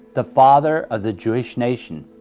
the father of the jewish nation.